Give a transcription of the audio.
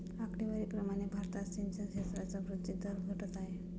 आकडेवारी प्रमाणे भारतात सिंचन क्षेत्राचा वृद्धी दर घटत आहे